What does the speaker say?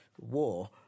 war